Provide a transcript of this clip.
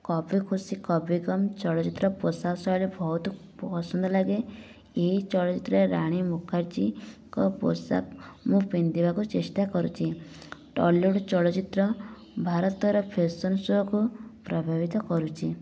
କଭୀ ଖୁସି କଭୀ ଗମ ଚଳଚ୍ଚିତ୍ରର ପୋଷାକ ଶୈଳୀ ବହୁତ ପସନ୍ଦ ଲାଗେ ଏହି ଚଳଚ୍ଚିତ୍ରର ରାଣୀ ମୁଖାର୍ଜୀଙ୍କ ପୋଷାକ ମୁଁ ପିନ୍ଧିବାକୁ ଚେଷ୍ଟା କରୁଛି ଟଲିଉଡ଼ ଚଳଚ୍ଚିତ୍ର ଭାରତର ଫ୍ୟାଶନ୍ ସୋକୁ ପ୍ରଭାବିତ କରୁଛି